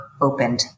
opened